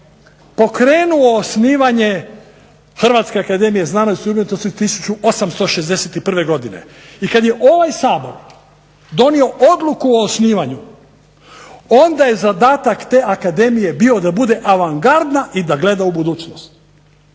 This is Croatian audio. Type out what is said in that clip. pokrenuo osnivanje Hrvatske akademije znanosti i umjetnosti 1861. godine i kad je ovaj Sabor donio odluku o osnivanju onda je zadatak te Akademije bio da bude avangardna i da gleda u budućnost.